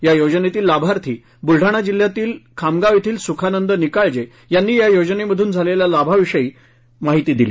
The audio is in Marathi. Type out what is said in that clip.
या योजनेतील लाभार्थी बुलढाणा जिल्ह्यातील खामगाव येथील सुखानंद निकाळजे यांनी या योजनेमधून झालेल्या लाभाविषयी माहिती दिली